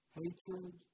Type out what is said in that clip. hatred